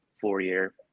four-year